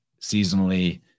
seasonally